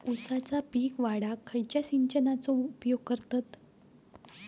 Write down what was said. ऊसाचा पीक वाढाक खयच्या सिंचनाचो उपयोग करतत?